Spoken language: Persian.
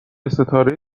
ستاره